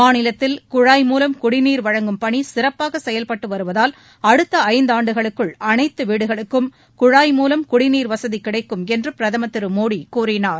மாநிலத்தில் குழாய் மூலம் குடிநீர் வழங்கும் பணி சிறப்பாக செயல்பட்டு வருவதால் அடுத்த ஐந்தாண்டுகளுக்குள் அனைத்து வீடுகளுக்கும் குழாய் மூலம் குடிநீர் வசதி கிடைக்கும் என்று பிரதமர் திரு மோடி கூறினார்